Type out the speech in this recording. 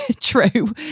true